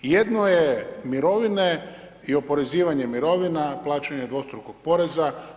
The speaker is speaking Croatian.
I jedno je mirovine i oporezivanje mirovina, plaćanje dvostrukog poreza.